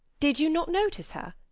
did you not notice her?